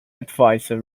advisor